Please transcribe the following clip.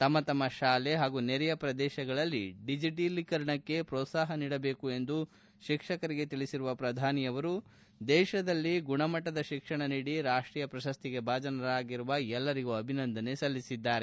ತಮ್ಮ ತಮ್ಮ ಶಾಲೆ ಹಾಗೂ ನೆರೆಯ ಪ್ರದೇಶಗಳಲ್ಲಿ ಡಿಜಿಟಲೀಕರಣಕ್ಕೆ ಪೋತ್ಲಾಪ ನೀಡಬೇಕು ಎಂದು ಶಿಕ್ಷಕರಿಗೆ ತಿಳಿಸಿರುವ ಪ್ರಧಾನಿ ದೇಶದಲ್ಲಿ ಗುಣಮಟ್ಟ ಶಿಕ್ಷಣ ನೀಡಿ ರಾಷ್ಟೀಯ ಪ್ರಶಸ್ತಿಗೆ ಭಾಜನರಾಗಿರುವ ಎಲ್ಲರಿಗೂ ಅಭಿನಂದನೆ ಸಲ್ಲಿಸಿದ್ದಾರೆ